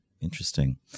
interesting